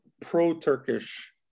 pro-Turkish